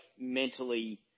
mentally